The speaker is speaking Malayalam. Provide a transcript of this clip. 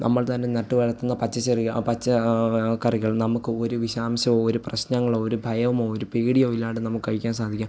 നമ്മൾ തന്നെ നട്ട് വളർത്തുന്ന പച്ച ചെറിയ ആ പച്ച ആ കറികൾ നമുക്ക് ഒരു വിഷാംശമോ ഒരു പ്രശ്നങ്ങളോ ഒരു ഭയമോ ഒരു പേടിയോ ഇല്ലാണ്ട് നമുക്ക് കഴിക്കാൻ സാധിക്കും